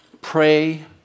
Pray